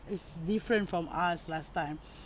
it's different from us last time